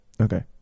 Okay